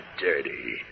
dirty